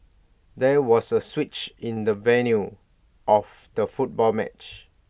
there was A switch in the venue of the football match